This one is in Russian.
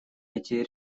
эти